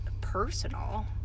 personal